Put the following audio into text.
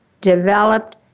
developed